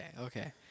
okay